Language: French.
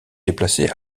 déplacé